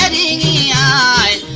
e. i e.